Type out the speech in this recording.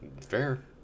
Fair